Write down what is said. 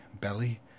belly